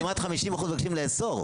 כמעט 50% מבקשים לאסור.